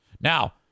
Now